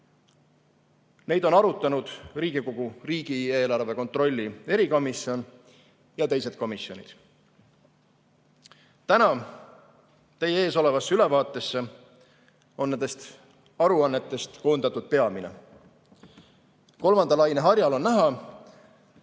Neid on arutanud Riigikogu riigieelarve kontrolli erikomisjon ja teised komisjonid. Täna teie ees olevasse ülevaatesse on nendest aruannetest koondatud peamine. Kolmanda laine harjal on näha, et